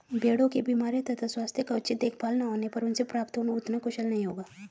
भेड़ों की बीमारियों तथा स्वास्थ्य का उचित देखभाल न होने पर उनसे प्राप्त ऊन उतना कुशल नहीं होगा